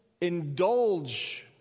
indulge